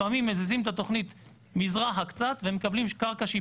לפעמים מזיזים את התוכנית מזרחה קצת ומקבלים קרקע שהיא